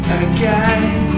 again